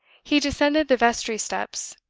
he descended the vestry steps,